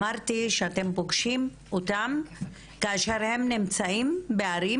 אמרתי שאתם פוגשים אותם כשהם נמצאים בערים